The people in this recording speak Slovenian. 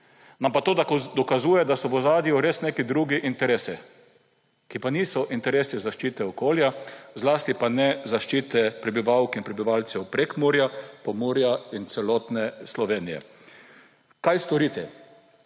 nam pa to dokazuje, da so v ozadju res neki drugi interesi, ki pa niso interesi zaščite okolja, zlasti pa ne zaščite prebivalk in prebivalcev Prekmurja, Pomurja in celotne Slovenije. Kaj storiti?